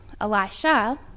Elisha